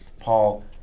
Paul